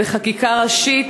בחקיקה ראשית,